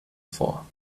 vor